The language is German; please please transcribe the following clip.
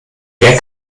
wer